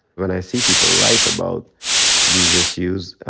when i see people write about these issues,